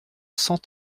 cent